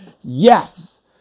Yes